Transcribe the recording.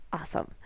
awesome